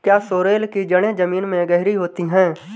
क्या सोरेल की जड़ें जमीन में गहरी होती हैं?